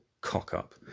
cock-up